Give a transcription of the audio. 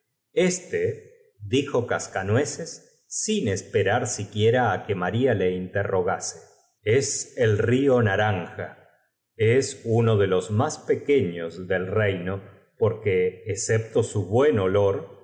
este dijo cascanueces sin esperar siquiera á que ifarfa le interrogase os el río naranja es uno de los más pequeños del reino porque excepto su buen olor